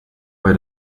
bei